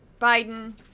Biden